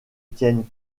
tiennent